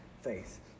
faith